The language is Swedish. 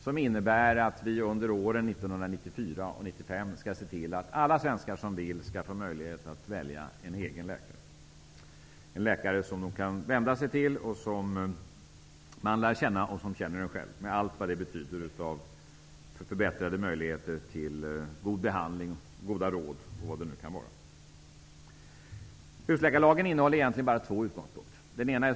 Den innebär att vi under 1994 och 1995 skall se till att alla svenskar som så vill skall få möjlighet att välja en egen läkare -- en läkare som man kan vända sig till som man lär känna. Läkaren lär också känna patienten. Därigenom förbättras möjligheterna till god behandling, goda råd m.m. Husläkarlagen innehåller egentligen bara två utgångspunkter.